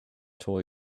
toy